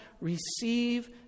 receive